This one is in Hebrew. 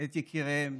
את יקיריהם.